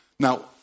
Now